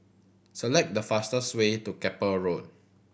select the fastest way to Keppel Road